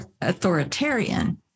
authoritarian